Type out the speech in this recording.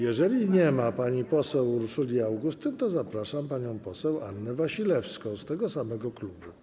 Jeżeli nie ma pani poseł Urszuli Augustyn, to zapraszam panią poseł Annę Wasilewską z tego samego klubu.